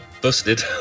busted